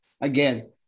again